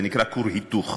זה נקרא "כור היתוך",